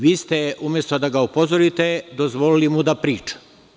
Vi ste, umesto da ga upozorite dozvolili mu da priča.